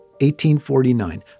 1849